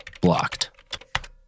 Blocked